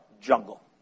jungle